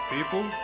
People